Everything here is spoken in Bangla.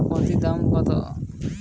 এই সপ্তাহে সরিষার কুইন্টাল প্রতি দাম কত?